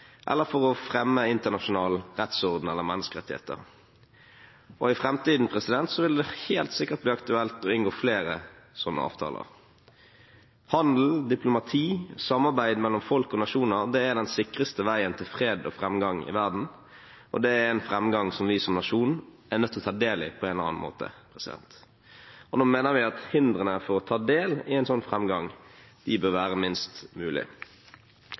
eller for å fremme internasjonal rettsorden eller menneskerettigheter. I framtiden vil det helt sikkert bli aktuelt å inngå flere slike avtaler. Handel, diplomati, samarbeid mellom folk og nasjoner er den sikreste veien til fred og framgang i verden, og det er en framgang som vi som nasjon er nødt til å ta del i på en eller annen måte. Da mener vi at hindrene for å ta del i en slik framgang bør være minst mulig.